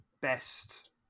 best